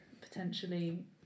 potentially